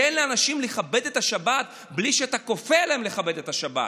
תן לאנשים לכבד את השבת בלי שאתה כופה עליהם לכבד את השבת.